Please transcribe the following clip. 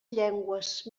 llengües